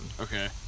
Okay